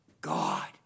God